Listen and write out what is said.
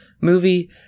movie